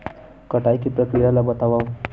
कटाई के प्रक्रिया ला बतावव?